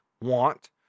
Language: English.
want